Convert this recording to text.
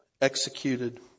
executed